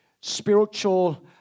spiritual